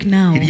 now